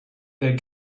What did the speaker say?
their